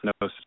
no